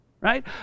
Right